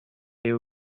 you